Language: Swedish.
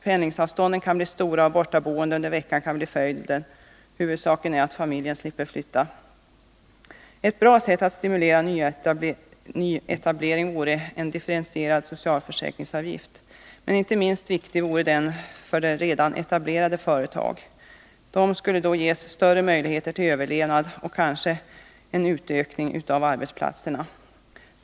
Pendlingsavstånden kan bli stora, och bortaboende under veckan kan bli följden. Huvudsaken är att familjen slipper flytta. Ett bra sätt att stimulera nyetablering vore en differentierad socialförsäkringsavgift. Men inte minst viktig vore denna för redan etablerade företag. Dessa skulle ges större möjlighet till överlevnad och kanske en utökning av arbetsplatserna.